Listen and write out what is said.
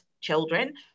children